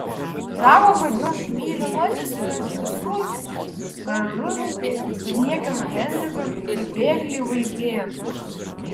sako kad jos mylimasis yra stiprus gražus kad niekina henriką kaip bėglį vaikėzą